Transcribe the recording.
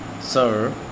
sir